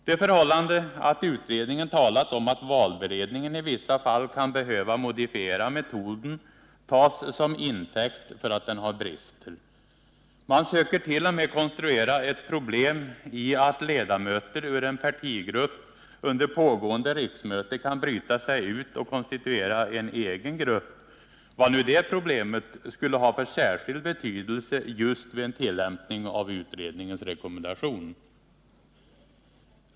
Det förhållandet att utredningen talat om att valberedningen i vissa fall kan behöva modifiera metoden tas som intäkt för att den har brister. Man söker t.o.m. konstruera ett problem i att ledamöter ur en partigrupp under pågående riksmöte kan bryta sig ut och konstituera en egen grupp — vad nu det problemet skulle ha för särskild betydelse just vid en tillämpning av utredningens rekommendation!